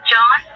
John